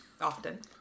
Often